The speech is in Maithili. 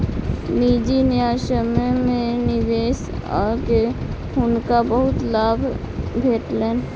निजी न्यायसम्य में निवेश कअ के हुनका बहुत लाभ भेटलैन